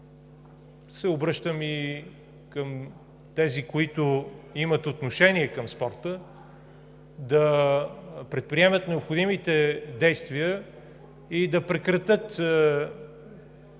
се обръщам и към тези, които имат отношение към спорта, да предприемат необходимите действия и да прекратят